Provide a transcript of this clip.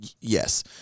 Yes